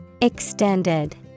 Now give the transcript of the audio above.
Extended